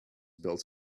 built